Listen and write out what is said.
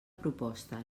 proposta